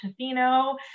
Tofino